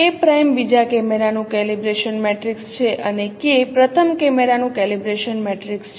K' બીજા camera નું calibration matrix છે અને K પ્રથમ કેમેરાનું કેલિબ્રેશન મેટ્રિક્સ છે